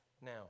now